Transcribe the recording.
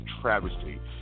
travesty